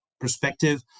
perspective